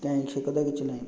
ନାହିଁ ସେ କଥା କିଛି ନାହିଁ